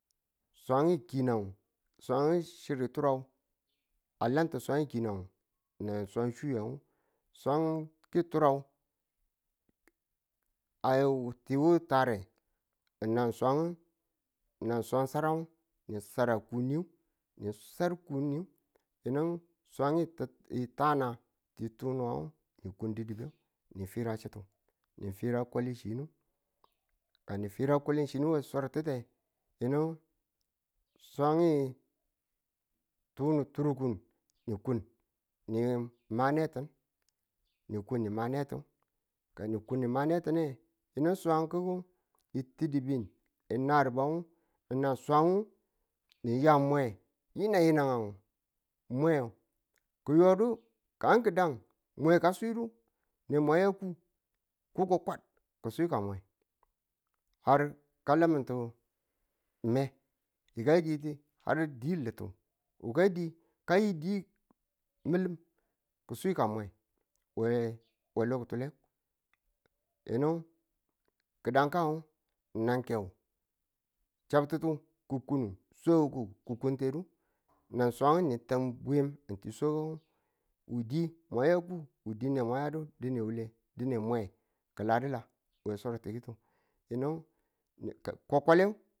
swang kiinang, swang chiru turau a lanti swang ki̱nang nan swang swu swangtu turau a ya wu tiwu tare nan swan saran ni sara kuniyu ni sadu kusi yinu swang tan ti tunu ni kun didibe ni fira chitu ni fira kwalichinu we swartitte yinu swang ge tunu turkubun ni kun nima netin kani kun ni ma netin yini swangi̱gu yi ti̱ddibin, nari̱bu na swang ni yanmwe yi̱nang yi̱nang. mwe ki̱yodu kan ki̱dan mwe ka swidu ne mwa ya ku kuko kwad ki̱ swi ka mwe har ka lamintu me yikai diki har di litu, wuka di kayi di milim ki̱ swi ka mwe we lo ki̱tule yinu gi̱dan kan nan keng chabtutu ku kunu swagugu ki̱ kutedu nan swang ni tan bwiyan ng ti swagugu wu di mwa ya ku wu di ne mwa yadu dine wule dine mwe ki̱ ladi̱la.